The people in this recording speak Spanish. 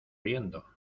riendo